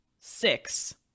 six